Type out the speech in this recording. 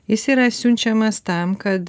jis yra siunčiamas tam kad